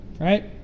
Right